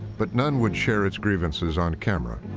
but none would share its grievances on camera.